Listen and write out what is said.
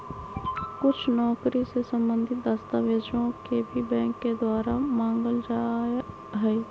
कुछ नौकरी से सम्बन्धित दस्तावेजों के भी बैंक के द्वारा मांगल जा हई